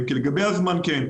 לגבי הזמן התשובה היא כן,